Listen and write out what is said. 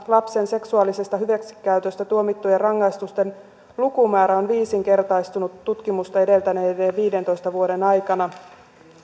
lapsen seksuaalisesta hyväksikäytöstä tuomittujen rangaistusten lukumäärä on viisinkertaistunut tutkimusta edeltäneiden viidentoista vuoden aikana